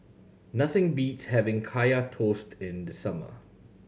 nothing beats having Kaya Toast in the summer